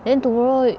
then tomorrow